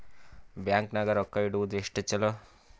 Bank ನಾಗ ರೊಕ್ಕ ಇಡುವುದು ಎಷ್ಟು ಚಲೋ?